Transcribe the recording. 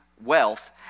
wealth